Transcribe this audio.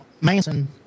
Manson